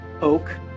oak